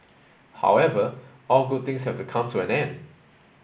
however all good things have to come to an end